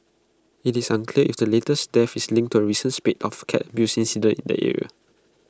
IT is unclear if the latest death is linked to A recent spate of cat abuse incidents in the area